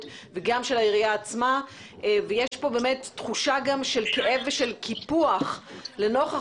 וגם של העירייה עצמה ויש כאן תחושה של קיפוח לנוכח